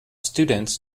students